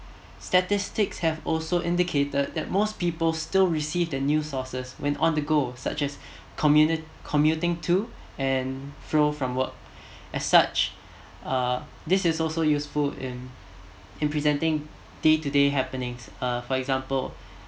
statistics have also indicated that most people still receive the new sources when on the go such as commu~ commuting to and fro from work as such uh this is also useful in in presenting day to day happenings uh for example